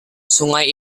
sungai